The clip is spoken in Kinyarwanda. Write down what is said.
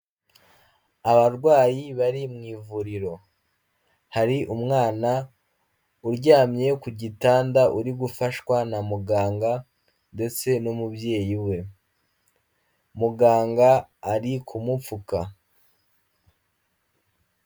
Abarwayi bari mu ivuriro, hari umwana uryamye ku gitanda uri gufashwa na muganga, ndetse n'umubyeyi we, muganga ari kumupfuka.